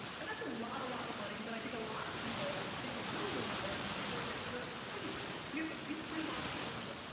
and that's a lot, a lot of money but i think a lot of people think one million dollars is before it gets good, it's crazy. we have to reframe entrepreneurship.